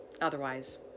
otherwise